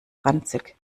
ranzig